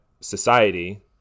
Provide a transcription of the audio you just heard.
society